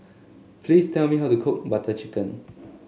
please tell me how to cook Butter Chicken